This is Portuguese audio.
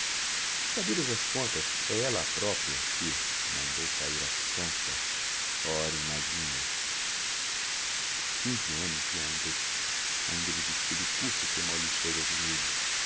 sabidas as contas é ella a propria que mandou saír a sonka ora imagine com quinze annos e anda ainda de vestido curto que mal lhe chega ao joelho